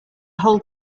whole